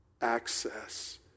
access